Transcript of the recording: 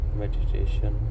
meditation